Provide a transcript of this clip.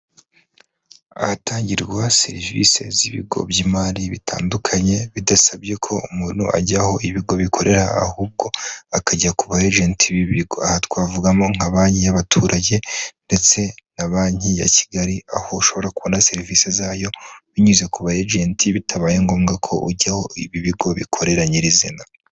Ahatangirwa serivisi z'ibigo by'imari bitandukanye bidasabye ko umuntu ajya aho ibigo bikorera ahubwo akajya ku ba agenti aha twavugamo nka banki y'abaturage ndetse na banki ya kigali aho ushobora kubona serivisi zayo binyuze ku ba agenti bitabaye ngombwa ko ujya aho ibi bigo bikorera nyirizina.